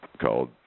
called